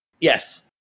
Yes